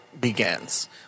begins